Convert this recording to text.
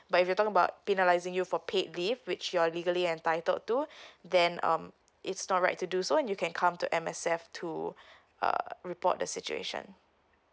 but if you talking about penalising you for paid leave which you're legally entitled to then um it's not right to do so you can come to M_S_F to uh report the situation